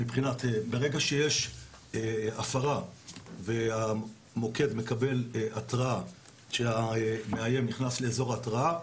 שברגע שיש הפרה והמוקד מקבל התראה שהמאיים נכנס לאזור ההתראה,